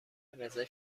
رزرو